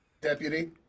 deputy